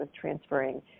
transferring